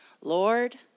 Lord